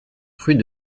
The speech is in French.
rue